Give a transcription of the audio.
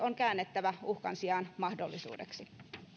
on käännettävä uhkan sijaan mahdollisuudeksi